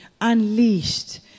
unleashed